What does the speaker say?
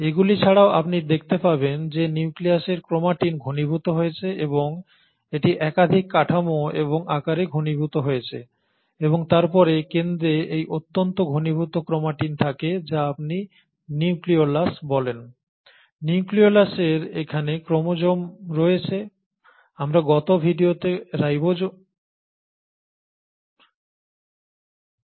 এগুলি ছাড়াও আপনি দেখতে পাবেন যে নিউক্লিয়াসের ক্রোমাটিন ঘনীভূত হয়েছে এবং এটি একাধিক কাঠামো এবং আকারে ঘনীভূত হয়েছে এবং তারপরে কেন্দ্রে এই অত্যন্ত ঘনীভূত ক্রোমাটিন থাকে যা আপনি নিউক্লিয়লাস বলেন